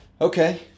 Okay